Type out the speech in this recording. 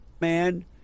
Man